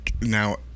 Now